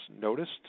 noticed